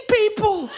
people